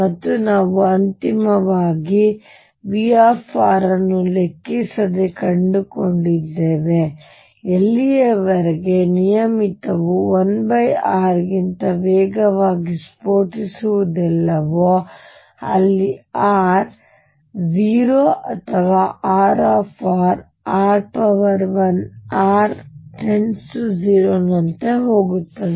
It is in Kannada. ಮತ್ತು ನಾವು ಅಂತಿಮವಾಗಿ V ಅನ್ನು ಲೆಕ್ಕಿಸದೆ ಕಂಡುಕೊಂಡಿದ್ದೇವೆ ಎಲ್ಲಿಯವರೆಗೆ ನಿಯಮಿತವು 1r ಗಿಂತ ವೇಗವಾಗಿ ಸ್ಫೋಟಿಸುವುದಿಲ್ಲವೋ ಅಲ್ಲಿ r 0 ಅಥವಾ R rl r →0 ನಂತೆ ಹೋಗುತ್ತದೆ